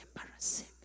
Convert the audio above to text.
embarrassing